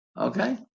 Okay